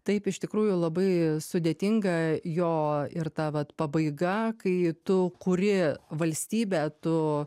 taip iš tikrųjų labai sudėtinga jo ir ta vat pabaiga kai tu kuri valstybę tu